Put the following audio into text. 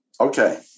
Okay